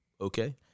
Okay